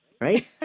right